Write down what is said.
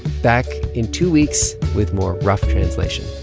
back in two weeks with more rough translation